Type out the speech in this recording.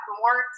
more